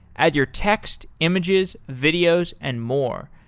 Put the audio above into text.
add your text, images, videos, and more.